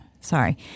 Sorry